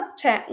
c'è